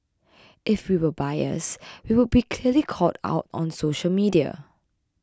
if we were biased we would be clearly called out on social media